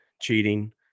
cheating